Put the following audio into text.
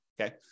okay